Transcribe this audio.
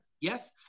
Yes